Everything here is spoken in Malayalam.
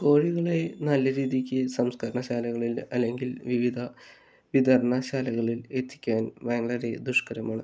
കോഴികളെ നല്ല രീതിക്ക് സംസ്കരണശാലകളിൽ അല്ലെങ്കിൽ വിവിധ വിതരണശാലകളിൽ എത്തിക്കാൻ ഭയങ്കര ദുഷ്കരമാണ്